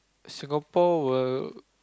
Singapore will